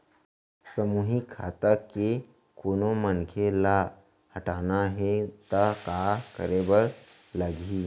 सामूहिक खाता के कोनो मनखे ला हटाना हे ता काय करे बर लागही?